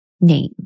name